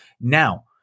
Now